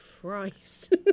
Christ